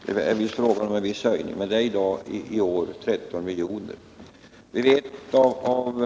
Det är visst fråga om en höjning, men i år är det alltså 13 milj.kr. man har att röra sig med för hela riket.